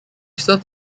served